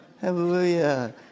Hallelujah